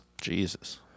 Jesus